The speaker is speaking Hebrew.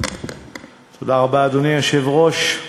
אדוני היושב-ראש,